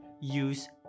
Use